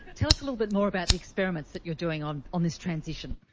tell us a little bit more about the experiments that you are doing on on this transition.